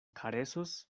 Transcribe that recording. karesos